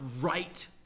right